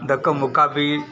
धक्का मुक्का भी